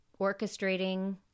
orchestrating